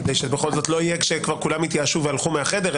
כדי שבכל זאת היא לא תהיה כאשר כבר כולם התייאשו והלכו מהחדר,